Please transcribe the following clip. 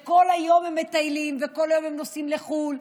כל היום הם מטיילים והם נוסעים לחו"ל,